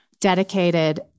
dedicated